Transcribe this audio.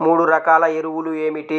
మూడు రకాల ఎరువులు ఏమిటి?